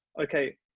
okay